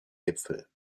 gipfel